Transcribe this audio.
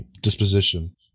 disposition